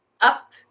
up